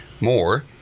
more